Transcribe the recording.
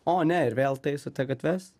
o ne ir vėl taisote gatves